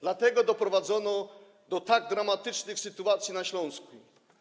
Dlatego doprowadzono do tak dramatycznych sytuacji na Śląsku.